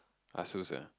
Asus ah